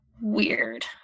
Weird